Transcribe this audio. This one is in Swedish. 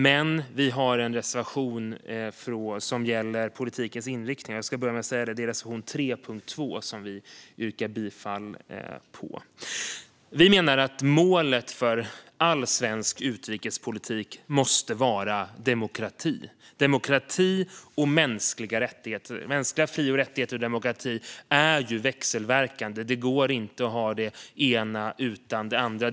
Vi har dock en reservation som gäller politikens inriktning. Vi yrkar bifall till reservation 3 under punkt 2. Vi menar att målet för all svensk utrikespolitik måste vara demokrati och mänskliga rättigheter. Mänskliga fri och rättigheter och demokrati är ju växelverkande; det går inte att ha det ena utan det andra.